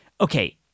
okay